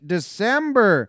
December